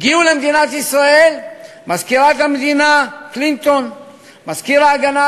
הגיעו למדינת ישראל מזכירת המדינה קלינטון ומזכיר ההגנה